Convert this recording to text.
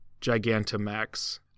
Gigantamax